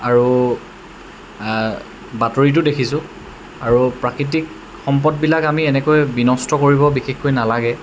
আৰু বাতৰিটো দেখিছোঁ আৰু প্ৰাকৃতিক সম্পদবিলাক আমি এনেকৈ বিনষ্ট কৰিব বিশেষকৈ নালাগে